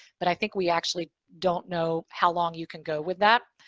but i think we actually don't know how long you can go with that.